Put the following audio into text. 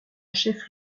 chef